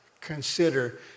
consider